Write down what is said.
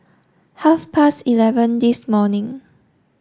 half past eleven this morning